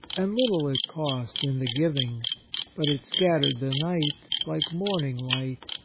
and little it cost in the giving but it scattered the night like morning light,